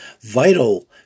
vital